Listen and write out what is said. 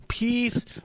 Peace